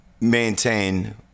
maintain